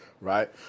right